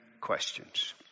questions